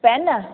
pen